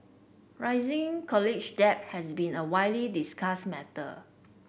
rising college debt has been a widely discussed matter